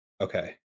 Okay